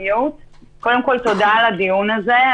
קודם כול, תודה על הדיון הזה.